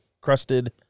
crusted